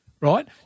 right